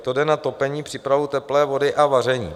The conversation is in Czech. To jde na topení, přípravu teplé vody a vaření.